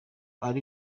paul